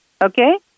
Okay